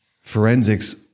Forensics